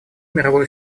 мировое